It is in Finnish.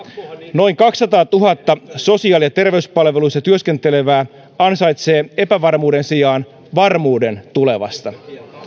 noin kaksisataatuhatta sosiaali ja terveyspalveluissa työskentelevää ansaitsee epävarmuuden sijaan varmuuden tulevasta